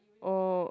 oh